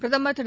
பிரதமர்திரு